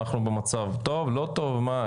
אנחנו במצב טוב, לא טוב, מה?